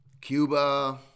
Cuba